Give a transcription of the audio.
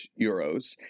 euros